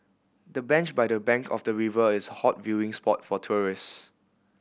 the bench by the bank of the river is a hot viewing spot for tourist